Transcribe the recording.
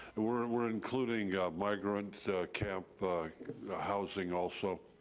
we're we're including migrant camp housing also?